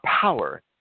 power